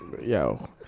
yo